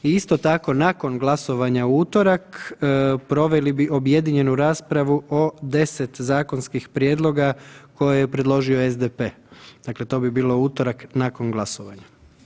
I isto tako nakon glasovanja u utorak proveli bi objedinjenu raspravu o 10 zakonskih prijedloga koje je predložio SDP, dakle to bi bilo u utorak nakon glasovanja.